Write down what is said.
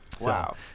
Wow